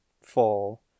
fall